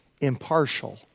impartial